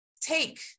take